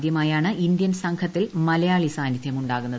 ആദ്യമായാണ് ഇന്ത്യൻ സംഘത്തിൽ മലയാളി സാന്നിധ്യമുണ്ടാകുന്നത്